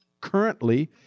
Currently